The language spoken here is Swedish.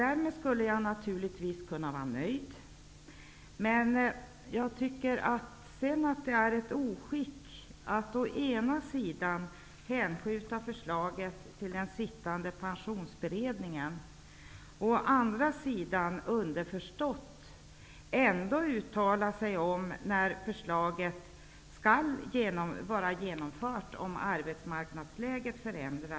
Jag skulle naturligtvis kunna var nöjd med det, men jag tycker att det är ett oskick att å ena sidan hänskjuta förslaget till den sittande Pensionsberedningen och å andra sidan ändå uttala sig om när förslaget underförstått skall vara genomfört om arbetsmarknadsläget förändras.